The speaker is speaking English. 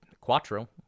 Quattro